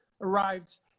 arrived